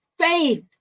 faith